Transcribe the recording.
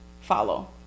follow